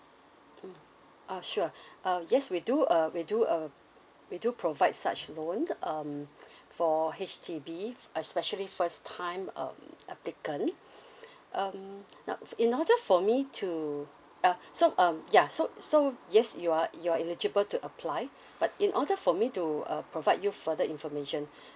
mm ah sure uh yes we do uh we do uh we do provide such loan um for H_D_B especially first time um applicant um now in order for me to uh so um ya so so yes you're you're eligible to apply but in order for me to uh provide you further information